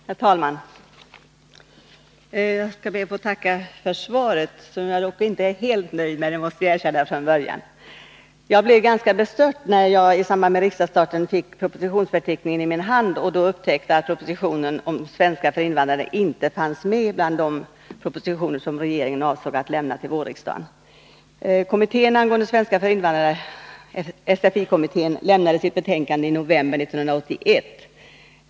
Herr talman! Jag skall be att få tacka för svaret, som jag dock inte är helt nöjd med — det måste jag erkänna från början. Jag blev ganska bestört när jag i samband med riksmötets öppnande fick propositionsförteckningen i min hand och då upptäckte att propositionen om undervisning i svenska för invandrare inte fanns med bland de propositioner som regeringen avsåg att lämna till riksdagen under våren. Kommittén angående undervisning i svenska för invandrare, SFI kommittén, lämnade sitt betänkande i november 1981.